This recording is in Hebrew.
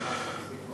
מה,